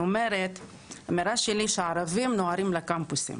והאמירה שלי היא שהערבים נוהרים לקמפוסים